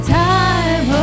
time